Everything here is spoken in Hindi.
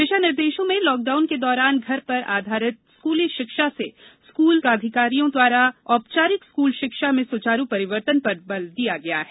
दिशा निर्देशों में लॉकडाउन के दौरान घर पर आधारित स्कूली शिक्षा से स्कूल प्राधिकारियों द्वारा औपचारिक स्कूल शिक्षा में सुचारू परिवर्तन पर बल दिया गया है